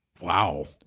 Wow